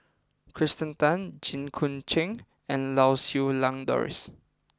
Kirsten Tan Jit Koon Ch'ng and Lau Siew Lang Doris